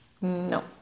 no